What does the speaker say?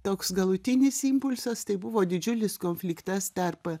toks galutinis impulsas tai buvo didžiulis konfliktas tarp